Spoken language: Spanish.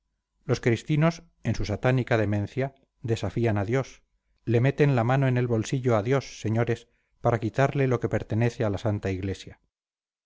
los cristinos en su satánica demencia desafían a dios le meten la mano en el bolsillo a dios señores para quitarle lo que pertenece a la santa iglesia